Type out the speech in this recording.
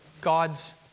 God's